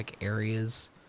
areas